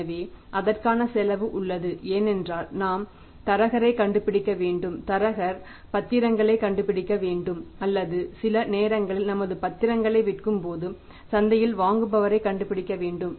எனவே அதற்கான செலவு உள்ளது ஏனென்றால் நாம் தரகரை கண்டுபிடிக்க வேண்டும் தரகர் பத்திரங்களை கண்டுபிடிக்க வேண்டும் அல்லது சில நேரங்களில் நமது பத்திரங்களை விற்கும் போது சந்தையில் வாங்குபவரை கண்டுபிடிக்க வேண்டும்